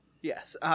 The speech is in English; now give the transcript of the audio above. Yes